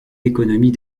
économies